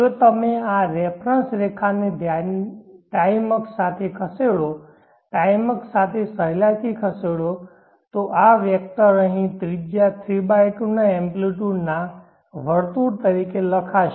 જો તમે આ રેફરન્સ રેખાને ટાઈમ અક્ષ સાથે ખસેડો ટાઈમ અક્ષ સાથે સહેલાઇથી ખસેડો તો આ વેક્ટર અહીં ત્રિજ્યા 32 ના એમ્પ્લીટયુડ ના વર્તુળ તરીકે લખાશે